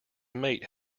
mate